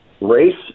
Race